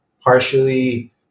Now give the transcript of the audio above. partially